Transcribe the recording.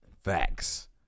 Facts